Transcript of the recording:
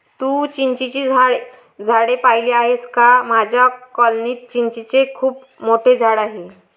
तू चिंचेची झाडे पाहिली आहेस का माझ्या कॉलनीत चिंचेचे खूप मोठे झाड आहे